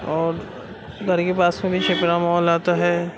اور گھر کے پاس بھی شپرا مال آتا ہے